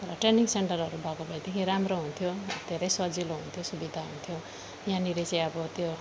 तर ट्रेनिङ सेन्टरहरू भएको भएदेखि राम्रो हुन्थ्यो धेरै सजिलो हुन्थ्यो सुबिधा हुन्थ्यो त्यहाँनेरि चाहिँ अब त्यो